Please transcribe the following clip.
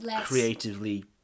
creatively